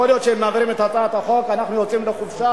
יכול להיות שהם מעבירים את הצעת החוק ואנחנו יוצאים לחופשה,